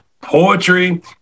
poetry